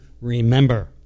remember